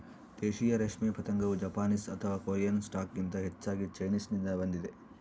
ದೇಶೀಯ ರೇಷ್ಮೆ ಪತಂಗವು ಜಪಾನೀಸ್ ಅಥವಾ ಕೊರಿಯನ್ ಸ್ಟಾಕ್ಗಿಂತ ಹೆಚ್ಚಾಗಿ ಚೈನೀಸ್ನಿಂದ ಬಂದಿದೆ